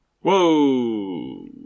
Whoa